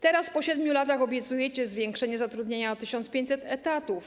Teraz, po 7 latach obiecujecie zwiększenie zatrudnienia o 1500 etatów.